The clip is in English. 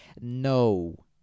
No